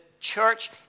church